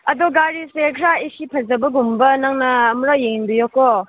ꯑꯗꯨ ꯒꯥꯔꯤꯁꯦ ꯈꯔ ꯑꯦ ꯁꯤ ꯐꯖꯕꯒꯨꯝꯕ ꯅꯪꯅ ꯑꯃꯨꯔꯛ ꯌꯦꯡꯕꯤꯔꯣꯀꯣ